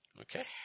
Okay